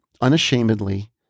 unashamedly